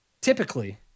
typically